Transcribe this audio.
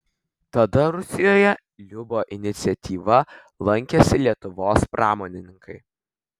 tada rusijoje lubio iniciatyva lankėsi lietuvos pramonininkai